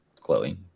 Chloe